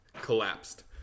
collapsed